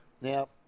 Now